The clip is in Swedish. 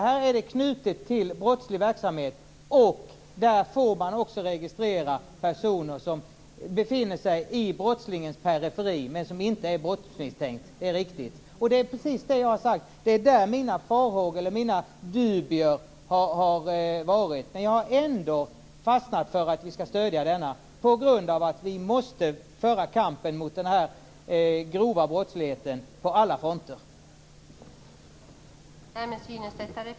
Här är det knutet till brottslig verksamhet, och här får man också registrera personer som befinner sig i brottslingens periferi men som inte är brottsmisstänkta. Det är riktigt. Precis som jag har sagt är det också där mina farhågor eller dubier har legat. Men jag har ändå fastnat för att vi skall stödja det här, på grund av att vi måste föra kampen mot den grova brottsligheten på alla fronter.